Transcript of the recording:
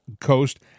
Coast